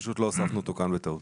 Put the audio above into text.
לא הוספנו אותו כאן בטעות.